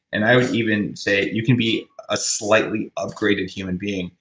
and i would even say you can be a slightly upgraded human being,